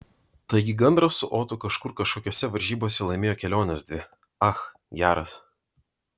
taigi gandras su otu kažkur kažkokiose varžybose laimėjo keliones dvi ach geras